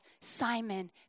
Simon